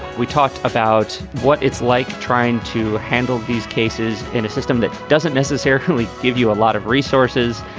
we talked about what it's like trying to handle these cases in a system that doesn't necessarily give you a lot of resources.